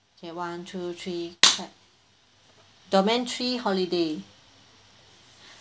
okay one two three clap domain three holiday